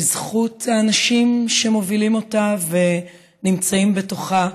בזכות האנשים שמובילים אותה ונמצאים בתוכה,